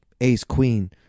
Ace-Queen